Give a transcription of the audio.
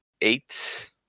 eight